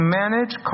manage